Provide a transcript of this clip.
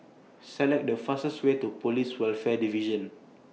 Select The fastest Way to Police Welfare Division